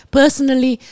personally